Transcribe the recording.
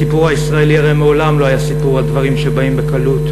הסיפור הישראלי הרי מעולם לא היה סיפור על דברים שבאים בקלות,